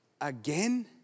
again